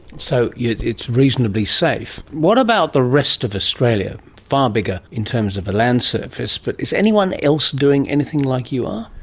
so it is reasonably safe. what about the rest of australia, far bigger in terms of the land surface, but is anyone else doing anything like you are?